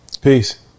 Peace